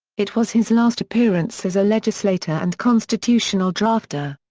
it was his last appearance as a legislator and constitutional drafter.